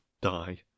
die